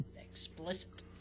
explicit